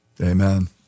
Amen